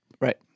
right